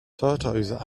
tortoises